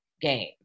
game